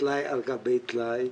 טלאי על גבי טלאי,